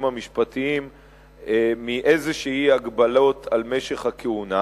המשפטיים מאילו שהן הגבלות על משך הכהונה.